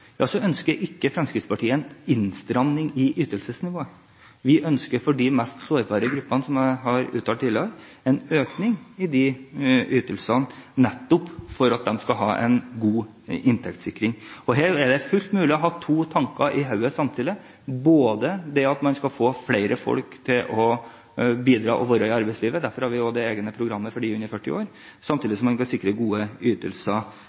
ønsker ikke Fremskrittspartiet en innstramming i ytelsesnivået. For de mest sårbare gruppene ønsker vi – som jeg har uttalt tidligere – en økning i disse ytelsene, nettopp for at de skal ha en god inntektssikring. Her er det fullt mulig å ha to tanker i hodet samtidig, både det at man skal få flere folk til å bidra og være i arbeidslivet – derfor også det egne programmet for dem under 40 år – og sikre gode ytelser